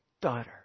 daughter